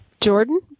Jordan